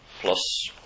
plus